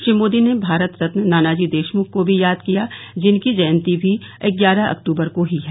श्री मोदी ने भारतरत्न नानाजी देशमुख को भी याद किया जिनकी जयंती भी ग्यारह अक्तूबर को ही है